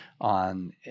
on